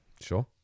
Sure